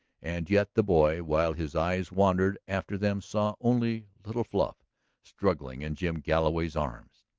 and yet the boy, while his eyes wandered after them, saw only little fluff struggling in jim galloway's arms.